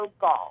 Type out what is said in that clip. golf